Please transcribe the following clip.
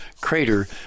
crater